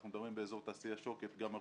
אנחנו מדברים באזור תעשייה שוקת גם על